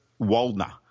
Waldner